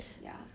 ya